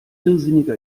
irrsinniger